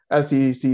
SEC